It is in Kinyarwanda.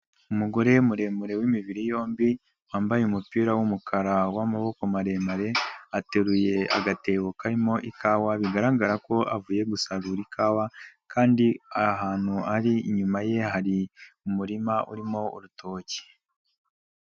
Umugore muremure wimibiri yombi wambaye umupira w'umukara w'amaboko maremare, ateruye agatebo karimo ikawa bigaragara ko avuye gusagura ikawa kandi ahantu ari inyuma ye hari umurima urimo urutoki.